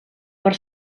per